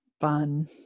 fun